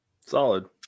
Solid